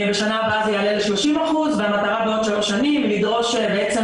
בשנה הבאה זה יעלה ל-30% והמטרה בעוד שלוש שנים היא לדרוש בעצם